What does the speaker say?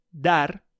dar